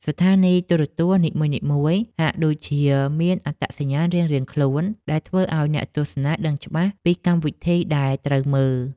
ស្ថានីយទូរទស្សន៍នីមួយៗហាក់ដូចជាមានអត្តសញ្ញាណរៀងៗខ្លួនដែលធ្វើឱ្យអ្នកទស្សនាដឹងច្បាស់ពីកម្មវិធីដែលត្រូវមើល។